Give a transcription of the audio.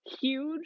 huge